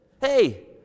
Hey